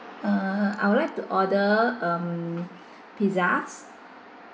uh I would like to order um pizzas